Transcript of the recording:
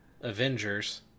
Avengers